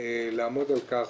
לעמוד על כך